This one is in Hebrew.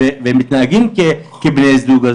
והם מתנהגים כבני זוג,